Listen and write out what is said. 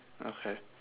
okay